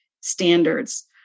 standards